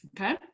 Okay